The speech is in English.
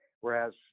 Whereas